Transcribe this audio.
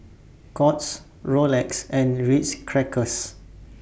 Courts Rolex and Ritz Crackers